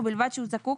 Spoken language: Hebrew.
ובלבד שהוא זקוק